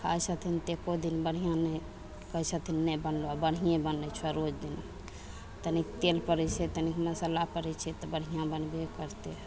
खाइ छथिन तऽ एको दिन बढ़ियाँ नै कहै छथिन नै बनलौ बढ़िये बनै छौ रोज दिन तनिक तेल परै छै तनिक मसल्ला परै छै तऽ बढ़ियाँ बनबे करतै